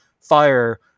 fire